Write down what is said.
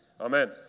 Amen